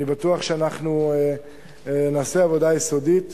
אני בטוח שאנחנו נעשה עבודה יסודית